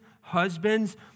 Husbands